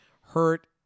Hurt